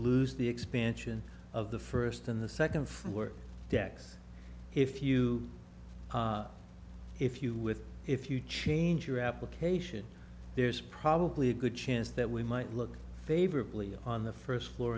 lose the expansion of the first in the second floor deck's if you if you with if you change your application there's probably a good chance that we might look favorably on the first floor